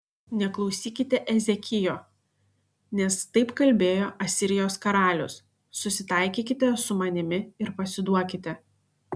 neklausykite ezekijo nes taip kalbėjo asirijos karalius susitaikykite su manimi ir pasiduokite